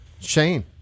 shane